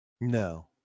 no